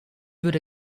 würde